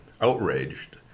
outraged